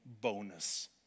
bonus